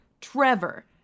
Trevor